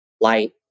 light